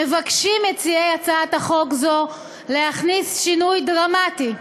מבקשים מציעי הצעת חוק זו להכניס שינוי דרמטי: